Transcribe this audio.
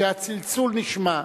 שהצלצול נשמע.